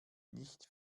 nicht